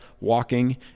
walking